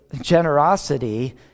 generosity